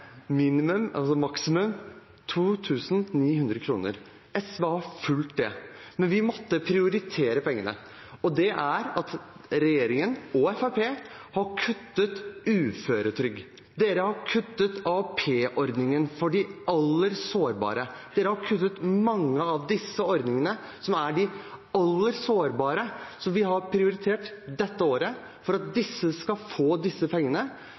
maksimum 2 900 kr. SV har fulgt det. Men vi måtte prioritere pengene. Og regjeringen og Fremskrittspartiet har kuttet uføretrygden. De har kuttet AAP-ordningen for de aller mest sårbare. De har kuttet mange av disse ordningene for de aller mest sårbare, som vi har prioritert dette året – at de skal få disse pengene.